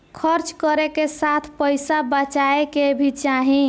खर्च करे के साथ पइसा बचाए के भी चाही